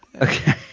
Okay